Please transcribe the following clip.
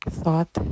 thought